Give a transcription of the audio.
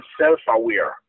self-aware